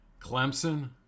Clemson